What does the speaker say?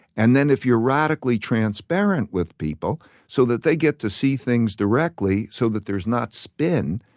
and then if you're radically transparent with people so that they get to see things directly so that there's not spin,